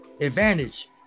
advantage